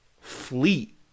fleet